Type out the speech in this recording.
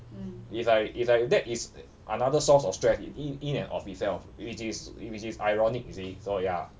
it's like it's like that is another source of stress in in and of itself which is which is ironic you see so ya